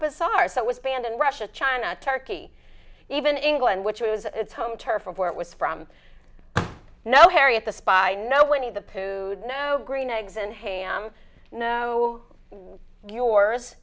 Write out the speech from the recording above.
bizarre so it was banned in russia china turkey even england which was its home turf or where it was from no harriet the spy no winnie the pooh no green eggs and ham no yours